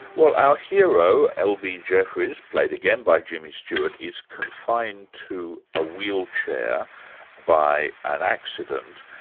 well our hero, l. b. jeffries, played again by jimmy stewart, is confined to a wheelchair by an accident,